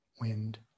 wind